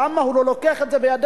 למה הוא לא לוקח את זה בידיים?